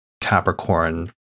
Capricorn